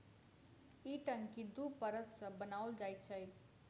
ई टंकी दू परत सॅ बनाओल जाइत छै